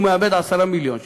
והוא מאבד 10 מיליון שקל.